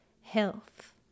health